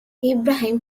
ibrahim